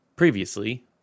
previously